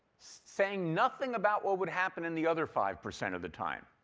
saying nothing about what would happen in the other five percent of the time.